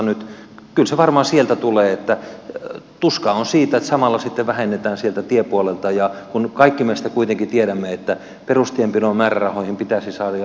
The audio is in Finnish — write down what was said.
kyllä se varmaan sieltä tulee että tuska on siitä että samalla sitten vähennetään tiepuolelta kun kaikki kuitenkin tiedämme että perustienpidon määrärahoihin pitäisi saada ja pitää saada lisäystä